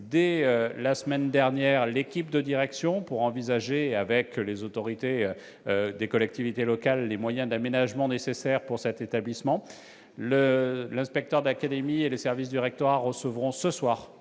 dès la semaine dernière, l'équipe de direction pour envisager, avec les autorités des collectivités locales, les moyens d'aménagement nécessaires pour cet établissement. L'inspecteur d'académie et les services du rectorat recevront ce soir